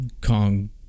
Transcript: Kong